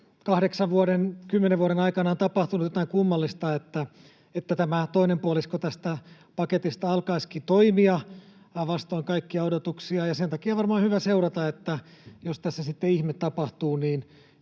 kahdeksan—kymmenen vuoden aikana on tapahtunut jotain kummallista, niin että tämä toinen puolisko tästä paketista alkaisikin toimia, vastoin kaikkia odotuksia, ja sen takia on varmaan hyvä seurata, niin että jos tässä sitten ihme tapahtuu,